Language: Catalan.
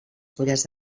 fulles